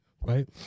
right